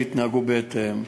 שיתנהגו בהתאם.